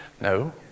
No